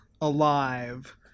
alive